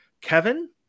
Kevin